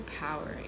empowering